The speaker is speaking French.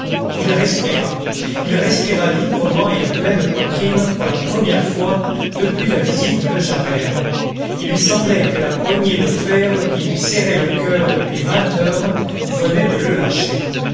il respira il respira librement et à pleine poitrine pour la première fois depuis la visite de javert il lui semblait que le poignet de fer qui lui serrait le coeur depuis vingt heures venait de le lâcher